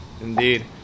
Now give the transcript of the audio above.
Indeed